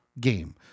game